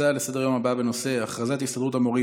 הצעות לסדר-היום בנושא: הכרזת הסתדרות המורים